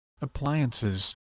appliances